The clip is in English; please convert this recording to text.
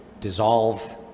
dissolve